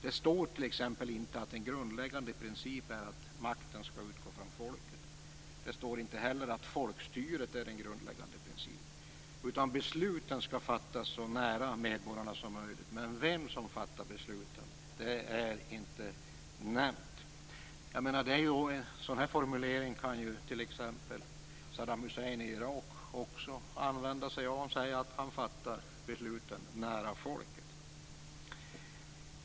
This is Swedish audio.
Det står t.ex. inte att en grundläggande princip är att makten skall utgå från folket. Det står inte heller att folkstyret är en grundläggande princip. Det som står är att besluten skall fattas så nära medborgarna som möjligt, men vem som fattar besluten nämns inte. En sådan här formulering kan ju t.ex. också Saddam Hussein i Irak använda sig av genom att säga att han fattar besluten nära folket.